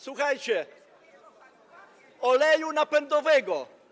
Słuchajcie, oleju napędowego.